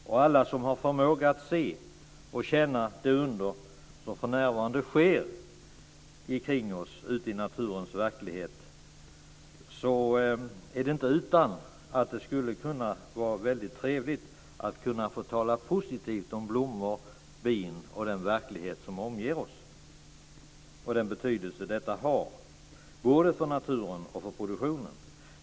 För alla som har förmåga att se och känna det under som för närvarande sker omkring oss ute i naturens verklighet är det inte utan att det skulle vara väldigt trevligt att kunna få tala positivt om blommor, bin och den verklighet som omger oss, och den betydelse som detta har både för naturen och för produktionen.